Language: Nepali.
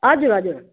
हजुर हजुर